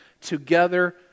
together